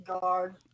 guard